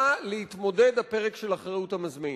בא להתמודד הפרק של אחריות המזמין.